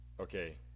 Okay